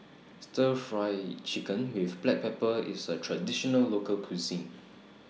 Stir Fry Chicken with Black Pepper IS A Traditional Local Cuisine